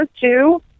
two